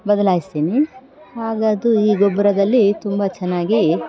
ಬದಲಾಯಿಸ್ತೀನಿ ಆಗ ಅದು ಈ ಗೊಬ್ಬರದಲ್ಲಿ ತುಂಬ ಚೆನ್ನಾಗಿ